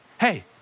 hey